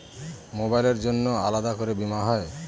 মোবাইলের জন্য আলাদা করে বীমা হয়?